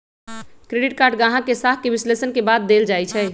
credit card गाहक के साख के विश्लेषण के बाद देल जाइ छइ